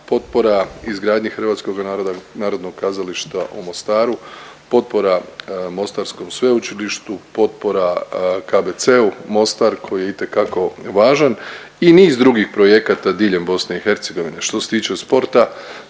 potpora izgradnji Hrvatskoga naroda, narodnog kazališta u Mostaru, potpora mostarskom sveučilištu, potpora KBC Mostar koji je itekako važan i niz drugih projekata diljem BiH. Što se tiče sporta